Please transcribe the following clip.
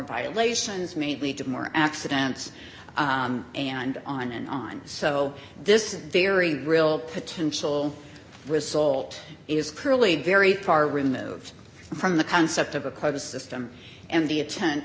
violations made lead to more accidents and on and on so this is very real potential result is clearly very far removed from the concept of a quota system and the att